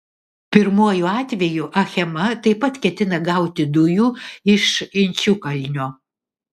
pirmuoju atveju achema taip pat ketina gauti dujų iš inčukalno